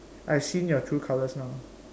I've seen your true colors now